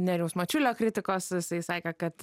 nerijaus mačiulio kritikos jisai sakė kad